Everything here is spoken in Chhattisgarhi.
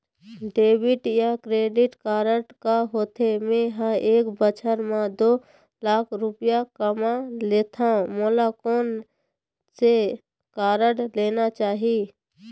डेबिट या क्रेडिट कारड का होथे, मे ह एक बछर म दो लाख रुपया कमा लेथव मोला कोन से कारड लेना चाही?